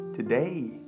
Today